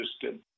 system